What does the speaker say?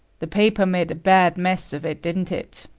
the paper made a bad mess of it, didn't it?